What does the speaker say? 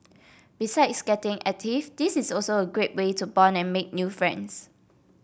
besides getting active this is also a great way to bond and make new friends